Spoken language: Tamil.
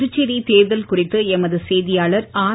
புதுச்சேரி தேர்தல் குறித்து எமது செய்தியாளர் ஆர்